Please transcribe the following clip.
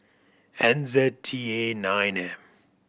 N Z T A nine M